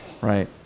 Right